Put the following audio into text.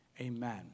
Amen